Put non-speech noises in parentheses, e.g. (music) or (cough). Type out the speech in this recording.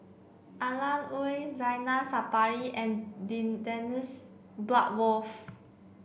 Alan Oei Zainal Sapari and (unintelligible) Dennis Bloodworth